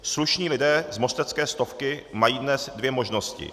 Slušní lidé z mostecké Stovky mají dnes dvě možnosti.